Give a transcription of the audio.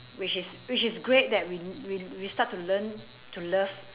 which is which is great that we we we start to learn to love